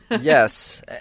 Yes